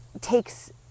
takes